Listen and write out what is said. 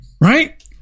Right